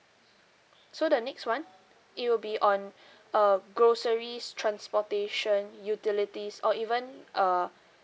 so the next one it will be on uh groceries transportation utilities or even uh